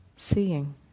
Seeing